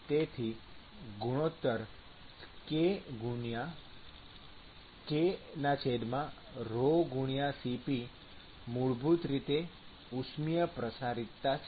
તેથી ગુણોત્તર kρC p મૂળભૂત રીતે ઉષ્મિય પ્રસારીતતા છે